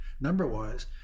number-wise